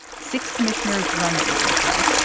six commissioners run the agency.